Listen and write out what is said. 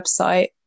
website